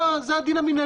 זה הדין המינהלי.